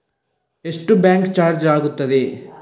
ಎಷ್ಟು bank charge ಆಗುತ್ತದೆ?